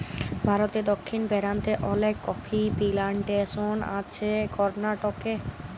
ভারতে দক্ষিণ পেরান্তে অলেক কফি পিলানটেসন আছে করনাটকে